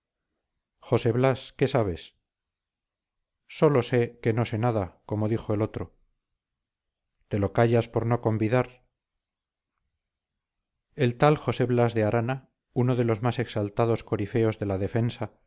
josé blas qué sabes sólo sé que no sé nada como dijo el otro te lo callas por no convidar el tal josé blas de arana uno de los más exaltados corifeos de la defensa